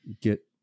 get